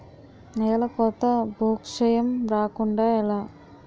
నేలకోత భూక్షయం రాకుండ ఎలా?